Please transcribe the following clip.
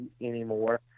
anymore